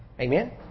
Amen